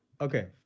Okay